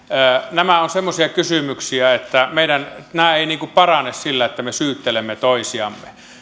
nämä ovat semmoisia kysymyksiä että nämä eivät parane sillä että me syyttelemme toisiamme